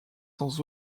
sans